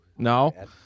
No